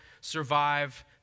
survive